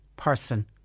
person